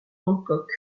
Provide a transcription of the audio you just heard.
hancock